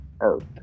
earth